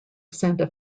santa